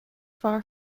fearr